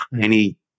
tiny